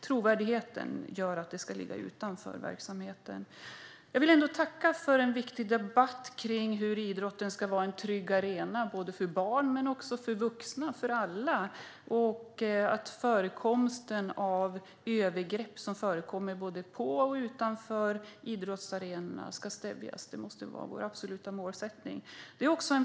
Trovärdigheten gör att det ska ligga utanför verksamheten. Jag vill tacka för en viktig debatt om hur idrotten ska vara en trygg arena för både barn och vuxna, för alla, och att förekomsten av övergrepp såväl på som utanför idrottsarenorna ska stävjas. Det måste vara våra absoluta målsättning.